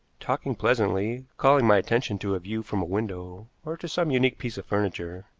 talking pleasantly, calling my attention to a view from a window, or to some unique piece of furniture,